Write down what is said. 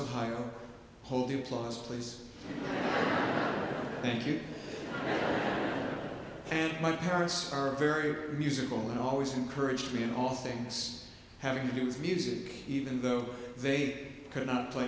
ohio whole new clause please thank you and my parents are very musical and always encouraged me in all things having to do with music even though they could not play